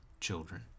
children